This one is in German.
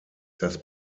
das